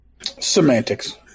Semantics